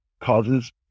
causes